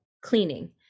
cleaning